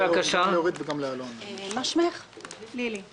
אל לילי אור.